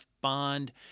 bond